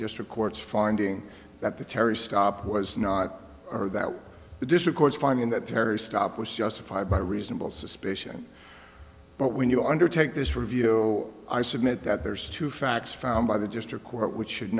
district court's finding that the terry stop was not or that the disc of course finding that terry stop was justified by reasonable suspicion but when you undertake this review oh i submit that there's two facts found by the district court which should